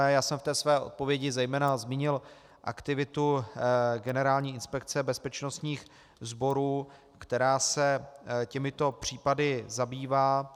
Já jsem ve své odpovědi zmínil zejména aktivitu Generální inspekce bezpečnostních sborů, která se těmito případy zabývá.